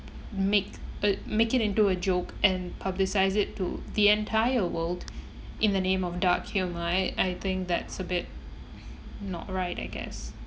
make a make it into a joke and publicise it to the entire world in the name of dark humour I think that's a bit not right I guess